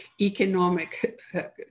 economic